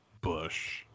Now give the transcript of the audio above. Bush